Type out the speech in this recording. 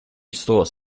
stores